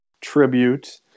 tribute